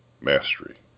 mastery